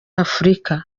afurika